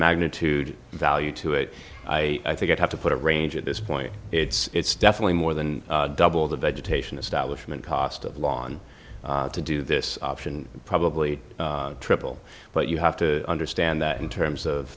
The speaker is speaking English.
magnitude value to it i think i'd have to put a range at this point it's definitely more than double the vegetation establishment cost of lawn to do this option probably triple but you have to understand that in terms of